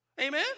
Amen